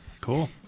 Cool